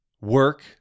work